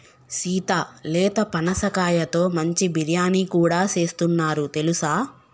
సీత లేత పనసకాయతో మంచి బిర్యానీ కూడా సేస్తున్నారు తెలుసా